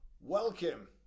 welcome